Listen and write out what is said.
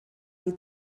die